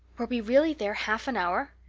were we really there half an hour?